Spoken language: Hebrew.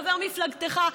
חבר מפלגתך,